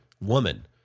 woman